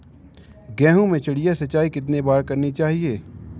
गेहूँ में चिड़िया सिंचाई कितनी बार करनी चाहिए?